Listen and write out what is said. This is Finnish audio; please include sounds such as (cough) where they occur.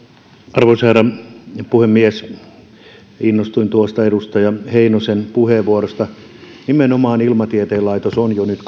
arvoisa herra puhemies innostuin tuosta edustaja heinosen puheenvuorosta nimenomaan ilmatieteen laitos nauttii jo nyt (unintelligible)